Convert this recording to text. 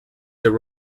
there